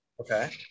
Okay